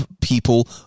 people